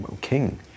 king